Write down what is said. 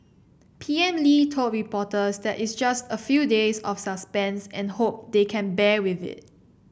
P M Lee told reporters that it's just a few days of suspense and hope they can bear with it